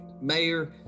mayor